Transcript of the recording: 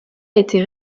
été